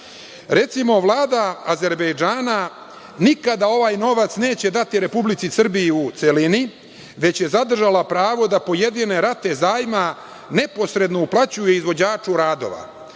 podatke. Recimo, Vlada Azerbejdžana nikada ovaj novac neće dati Republici Srbiji u celini, već je zadržala pravo da pojedine rate zajma neposredno uplaćuje izvođaču radova.